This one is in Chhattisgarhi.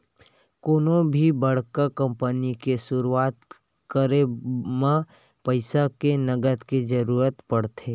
कोनो भी बड़का कंपनी के सुरुवात करब म पइसा के नँगत के जरुरत पड़थे